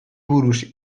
buruz